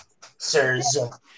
Sirs